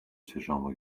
چشامو